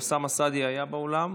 אוסאמה סעדי היה באולם?